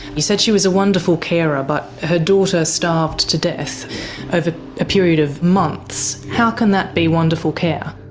you said she was a wonderful carer ah but her daughter starved to death over a period of months. how can that be wonderful care?